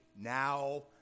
now